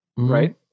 Right